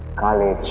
i will.